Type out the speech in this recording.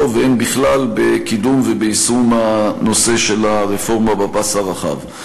והן בכלל בקידום וביישום הנושא של הרפורמה בפס הרחב.